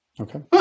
okay